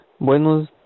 Buenos